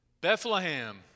Bethlehem